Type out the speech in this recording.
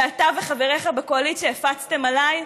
שאתה וחבריך בקואליציה הפצתם עליי?